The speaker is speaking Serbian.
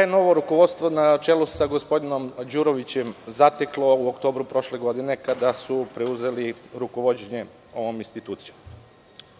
je novo rukovodstvo, na čelu sa gospodinom Đurovićem, zateklo u oktobru prošle godine kada su preuzeli rukovođenje ovom institucijom?